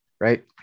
right